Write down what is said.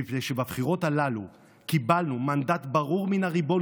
מפני שבבחירות הללו קיבלנו מנדט ברור מן הריבון,